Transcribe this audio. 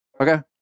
Okay